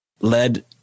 led